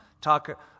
talk